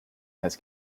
has